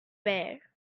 bare